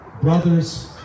Brothers